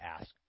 ask